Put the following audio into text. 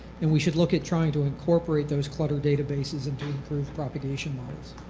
and we should look at trying to incorporate those clutter databases and to improve propagation models.